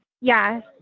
Yes